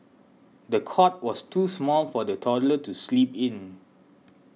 the cot was too small for the toddler to sleep in